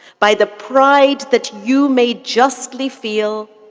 by the pride that you may justly feel,